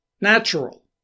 natural